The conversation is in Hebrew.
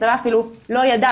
הצבא אפילו לא ידע,